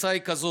העצה היא כזאת: